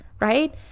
right